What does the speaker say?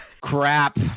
Crap